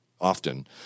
often